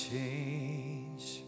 Change